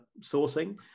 sourcing